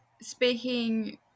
speaking